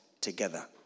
together